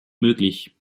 möglich